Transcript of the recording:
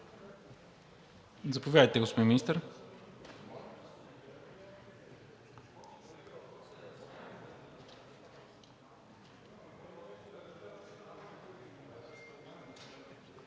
Заповядайте, господин Министър.